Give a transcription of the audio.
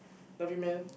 love you man